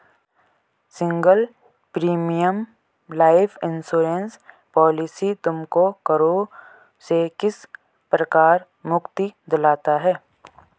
Single premium life insurance policy तुमको करों से किस प्रकार मुक्ति दिलाता है?